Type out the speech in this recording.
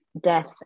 death